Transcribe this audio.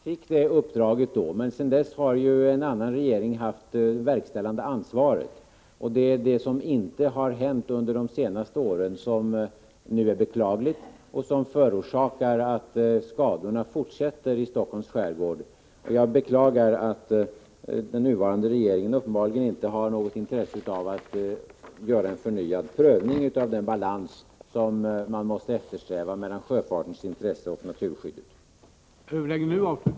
Herr talman! Ja, han fick då detta uppdrag. Men under tiden därefter har en annan regering haft det verkställande ansvaret. Det är bristen på åtgärder under det senaste året som är beklaglig, och den leder till att skadorna i Stockholms skärgård fortsätter. Jag beklagar att den nuvarande regeringen uppenbarligen inte har något intresse av att göra en förnyad prövning i frågan om den balans mellan sjöfartens intresse och naturskyddet vilken man måste eftersträva.